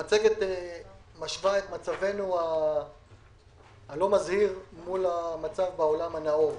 המצגת משווה את מצבנו הלא מזהיר מול המצב בעולם הנאור.